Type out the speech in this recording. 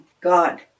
God